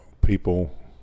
people